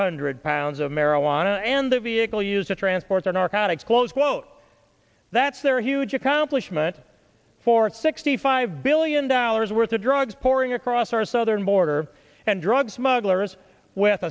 hundred pounds of marijuana and the vehicle used to transport the narcotics close quote that's their huge accomplishment for sixty five billion dollars worth of drugs pouring across our southern border and drug smugglers with